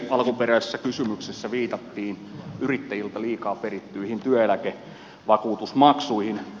alkuperäisessä kysymyksessä viitattiin yrittäjiltä liikaa perittyihin työeläkevakuutusmaksuihin